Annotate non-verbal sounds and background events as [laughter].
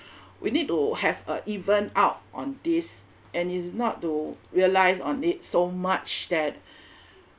we need to have a even out on this and is not to relies on it so much that [breath]